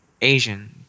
Asian